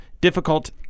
difficult